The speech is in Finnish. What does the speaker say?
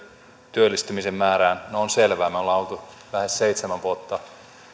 työllistymisen määrään no se on selvää me olemme olleet lähes seitsemän vuotta